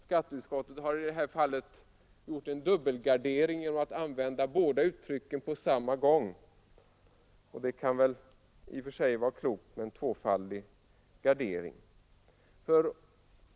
Skatteutskottet har i det här fallet gjort en dubbelgardering genom att använda båda uttrycken på samma gång. Det kan vara klokt med en tvåfaldig gardering.